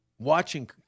Watching